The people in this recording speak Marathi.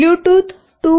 ब्लूटूथ 2